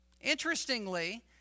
Interestingly